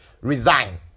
resign